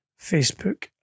Facebook